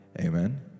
Amen